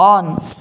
on